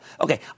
Okay